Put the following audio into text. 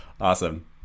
Awesome